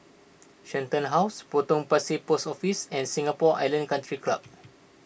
Shenton House Potong Pasir Post Office and Singapore Island Country Club